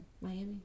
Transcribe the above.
Miami